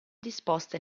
disposte